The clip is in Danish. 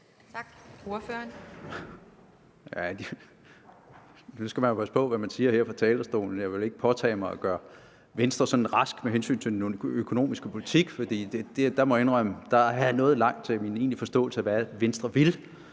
Nu skal man jo passe på, hvad man siger her fra talerstolen. Jeg vil ikke påtage mig at gøre Venstre sådan rask med hensyn til den økonomiske politik, for der må jeg indrømme, at der er noget langt til en egentlig forståelse af, hvad Venstre